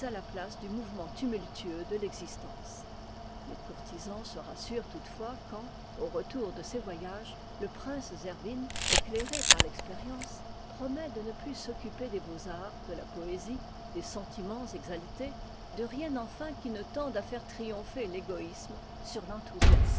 la place du mouvement tumultueux de l'existence les courtisans se rassurent toutefois quand au retour de ses voyages le prince zerbin éclairé par l'expérience promet de ne plus s'occuper des beaux-arts de la poésie des sentiments exaltés de rien enfin qui ne tende à faire triompher l'égoïsme sur l'enthousiasme